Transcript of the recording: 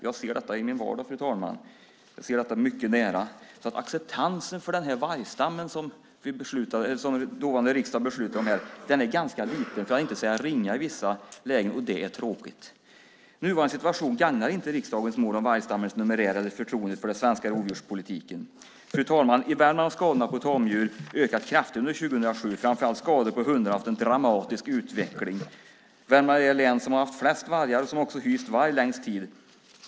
Jag ser detta i min vardag, fru talman. Jag ser detta mycket nära. Acceptansen för vargstammen som dåvarande riksdag beslutade om är ganska liten, för att inte säga ringa i vissa lägen, och det är tråkigt. Nuvarande situation gagnar inte riksdagens mål om vargstammens numerär eller förtroendet för den svenska rovdjurspolitiken. Fru talman! I Värmland har skadorna på tamdjur ökat kraftigt under 2007. Framför allt har skadorna på hundar haft en dramatisk utveckling. Värmland är det län som har flest vargar och som också har hyst varg längst tid.